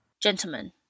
Gentlemen